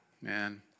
Man